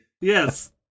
Yes